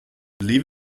believe